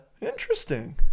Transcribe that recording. Interesting